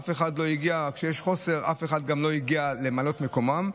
אף אחד לא הגיע, כשיש חוסר, למלא את מקומם.